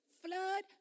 Flood